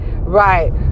Right